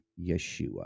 Yeshua